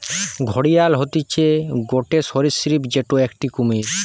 ঘড়িয়াল হতিছে গটে সরীসৃপ যেটো একটি কুমির